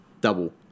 double